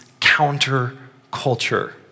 counterculture